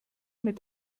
mit